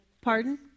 Pardon